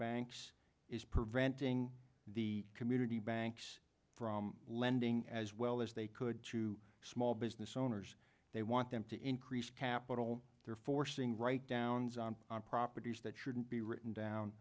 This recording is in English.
banks is preventing the community banks from lending as well as they could to small business owners they want them to increase capital they're forcing write downs on on properties that shouldn't be written